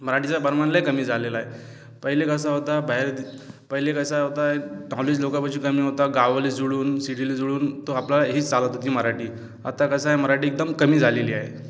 मराठीचं प्रमाण लई कमी झालेलं आहे पहिले कसं होतं बाहेर पहिले कसं होतं कमी होतं गावाला जुळून सिटीला जुळून तर आपलाही चालत होती मराठी आता कसं आहे मराठी एकदम कमी झालेली आहे